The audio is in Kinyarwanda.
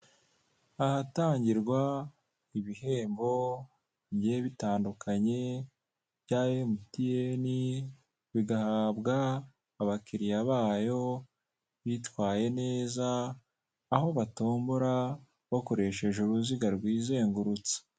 Ahatangirwa ibihembo bigiye bitandukanye bya emutiyeni bigahabwa abakiliya bayo bitwaye neza, aho batombora bakoresheje uruziga rwizengurutsa.